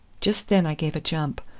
just then i gave a jump,